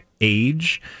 age